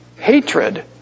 hatred